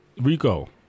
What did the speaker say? Rico